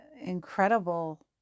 incredible